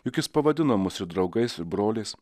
juk jis pavadino mūsų draugais broliais